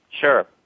Sure